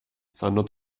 sanno